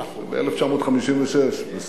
רמת-רחל ב-1956, בספטמבר.